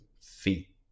feet